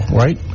right